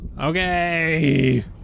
Okay